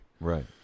right